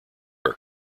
are